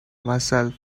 myself